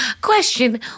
Question